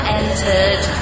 entered